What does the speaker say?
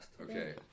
Okay